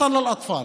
ובפרט לילדים.